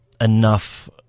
enough